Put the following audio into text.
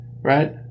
Right